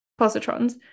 positrons